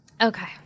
Okay